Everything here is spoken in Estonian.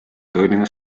tõeline